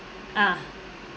ah